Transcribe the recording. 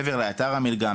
מעבר לאתר המלגה,